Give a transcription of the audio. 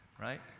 right